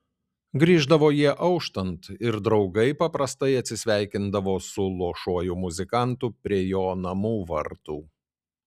grįždavo jie auštant ir draugai paprastai atsisveikindavo su luošuoju muzikantu prie jo namų vartų